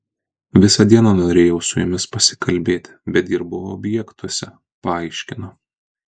visą dieną norėjau su jumis pasikalbėti bet dirbau objektuose paaiškino